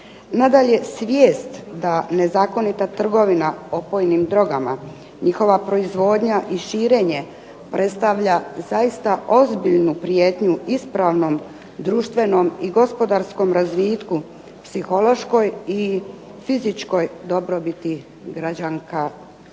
Nadalje, svijest da nezakonita trgovina opojnim drogama, njihova proizvodnja i širenje predstavlja zaista ozbiljnu prijetnju ispravnom društvenom i gospodarskom razvitku psihološkoj i fizičkoj dobrobiti građanka i građana.